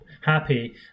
happy